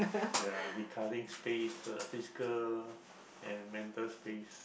ya decluttering space uh physical and mental space